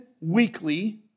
weekly